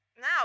Now